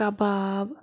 کَباب